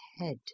head